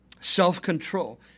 self-control